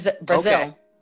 Brazil